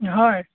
হয়